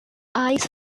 eyes